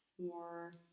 more